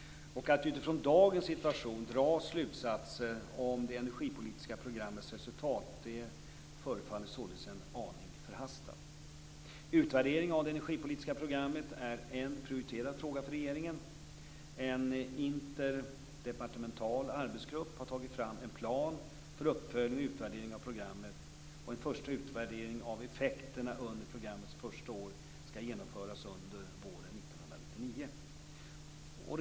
Att utifrån dagens situation dra slutsatser om det energipolitiska programmets resultat förefaller således en aning förhastat. Utvärdering av det energipolitiska programmet är en prioriterad fråga för regeringen. En interdepartemental arbetsgrupp har tagit fram en plan för uppföljning och utvärdering av programmet. En första utvärdering av effekterna under programmets första år skall genomföras under våren 1999.